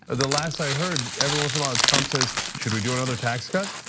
ah the last i heard everyone's a lot of trump says, should we do another tax cut?